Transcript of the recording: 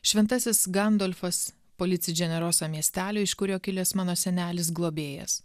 šventasis gandolfas polici dženerosa miestelio iš kurio kilęs mano senelis globėjas